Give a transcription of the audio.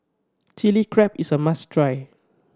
Chili Crab is a must try